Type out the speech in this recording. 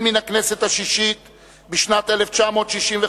מן הכנסת השישית בשנת 1965,